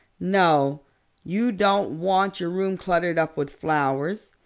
no you don't want your room cluttered up with flowers.